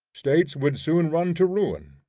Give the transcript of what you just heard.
states would soon run to ruin,